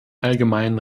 allgemeinen